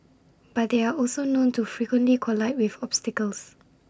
but they are also known to frequently collide with obstacles